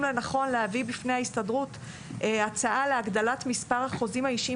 לנכון להביא בפני ההסתדרות הצעה להגדלת מספר החוזים האישיים,